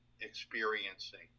experiencing